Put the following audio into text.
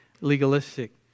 legalistic